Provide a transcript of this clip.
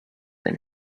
have